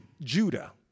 Judah